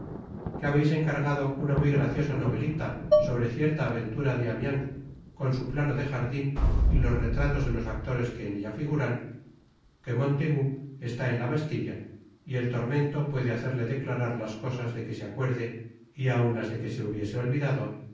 que habeis encargado una muy graciosa novel i ta sobre cierta aventura de amiens con su plano de jardin y los retratos de los'actores que en ella figuran que montaigu está en la bastilla y el tormento puede hacerle declarar las cosas de que se acuerde y aun las de que se hubiese olvidado